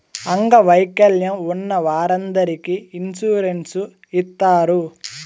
అంగవైకల్యం ఉన్న వారందరికీ ఇన్సూరెన్స్ ఇత్తారు